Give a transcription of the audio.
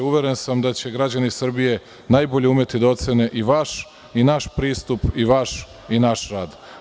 Uveren sam da će građani Srbije najbolje umeti da ocene i vaš i naš pristup i vaš i naš rad.